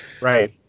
Right